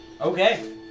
Okay